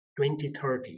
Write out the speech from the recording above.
2030